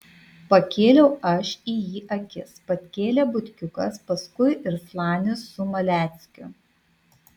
pakėliau aš į jį akis pakėlė butkiukas paskui ir slanius su maleckiu